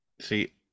See